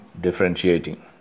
differentiating